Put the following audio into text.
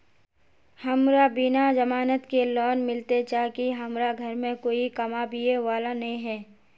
हमरा बिना जमानत के लोन मिलते चाँह की हमरा घर में कोई कमाबये वाला नय है?